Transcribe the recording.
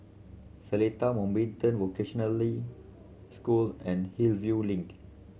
Seletar Mountbatten Vocationally School and Hillview Link